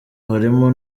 harimo